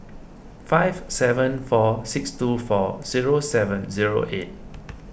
five seven four six two four zero seven zero eight